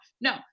No